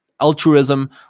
altruism